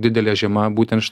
didelė žiema būtent